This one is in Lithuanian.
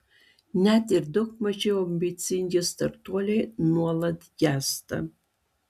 net ir daug mažiau ambicingi startuoliai nuolat gęsta